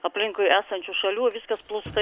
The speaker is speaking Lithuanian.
aplinkui esančių šalių viskas plūsta